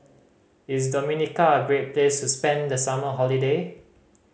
is Dominica a great place to spend the summer holiday